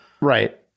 Right